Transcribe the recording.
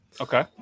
Okay